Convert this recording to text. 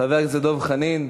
חבר הכנסת דב חנין,